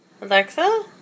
Alexa